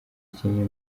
kinini